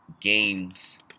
games